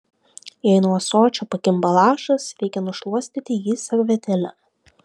jei nuo ąsočio pakimba lašas reikia nušluostyti jį servetėle